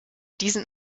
diesen